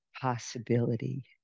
possibility